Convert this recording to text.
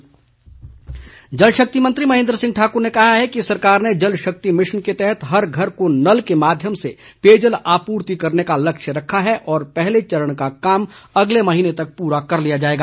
महेंद्र सिंह जल शक्ति मंत्री महेंद्र सिंह ठाकुर ने कहा है कि सरकार ने जल शक्ति मिशन के तहत हर घर को नल के माध्यम से पेयजल आपूर्ति करने का लक्ष्य रखा है और पहले चरण का काम अगले महीने तक पूरा कर लिया जाएगा